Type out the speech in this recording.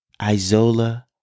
Isola